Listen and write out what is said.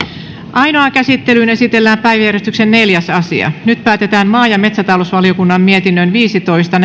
ainoaan käsittelyyn esitellään päiväjärjestyksen neljäs asia nyt päätetään maa ja metsätalousvaliokunnan mietinnön viisitoista